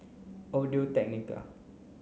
Audio Technica